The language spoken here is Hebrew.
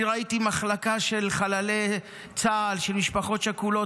אני ראיתי מחלקה של משפחות שכולות,